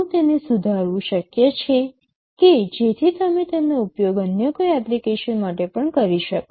શું તેને સુધારવું શક્ય છે કે જેથી તમે તેનો ઉપયોગ અન્ય કોઈ એપ્લિકેશન માટે પણ કરી શકો